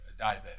diabetic